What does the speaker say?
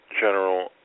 General